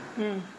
hmm